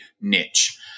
niche